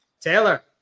Taylor